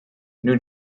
new